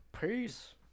Peace